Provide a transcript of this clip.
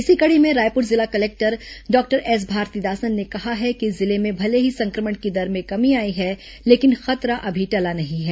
इसी कड़ी में रायपुर जिला कलेक्टर डॉक्टर एस भारतीदासन ने कहा है कि जिले में भले ही संक्रमण की दर में कमी आई है लेकिन खतरा अभी टला नहीं है